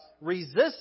resist